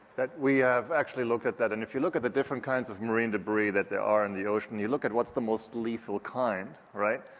we have actually looked at that and if you look at the different kinds of marine debris that there are in the ocean, you look at what's the most lethal kind, right,